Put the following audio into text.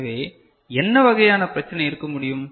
எனவே என்ன வகையான பிரச்சினை இருக்க முடியும்